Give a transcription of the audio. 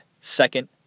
second